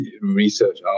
research